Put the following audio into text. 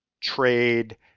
trade